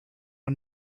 one